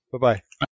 Bye-bye